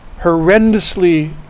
horrendously